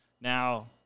Now